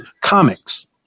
comics